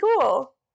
cool